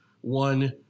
one